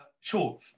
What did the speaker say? Sure